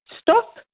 stop